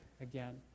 again